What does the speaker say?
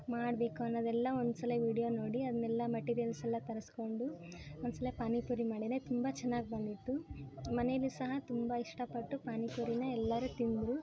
ಮಾಡಬೇಕು ಅನ್ನೋದೆಲ್ಲ ಒಂದು ಸಲ ವೀಡಿಯೊ ನೋಡಿ ಅದನ್ನೆಲ್ಲ ಮೆಟಿರಿಯಲ್ಸ್ ಎಲ್ಲ ತರಿಸ್ಕೊಂಡು ಒಂದು ಸಲ ಪಾನಿಪುರಿ ಮಾಡಿದೆ ತುಂಬ ಚೆನ್ನಾಗಿ ಬಂದಿತ್ತು ಮನೆಯಲ್ಲಿ ಸಹ ತುಂಬ ಇಷ್ಟಪಟ್ಟು ಪಾನಿಪುರಿನ ಎಲ್ಲರೂ ತಿಂದರು